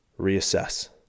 reassess